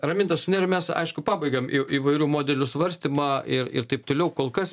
raminta su nerijum mes aišku pabaigėm įvairių modelių svarstymą ir ir taip toliau kol kas